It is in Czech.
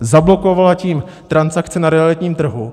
Zablokovala tím transakce na realitním trhu.